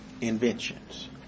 inventions